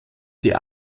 die